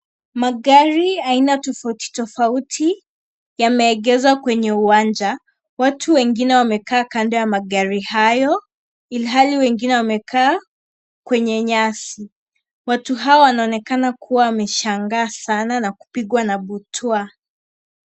Magari aina tofauti tofauti, yameegezwa kwenye uwanja , watu wengine wamekaa kando ya magari hayo ilhali wengine wamekaa kwenye nyasi. Watu hawa wanaonekana kuwa wameshangaa sana na kupigwa na butwaa.